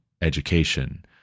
education